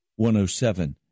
107